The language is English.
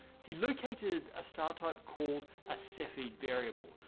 he located a star type called a cepheid variable,